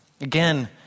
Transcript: Again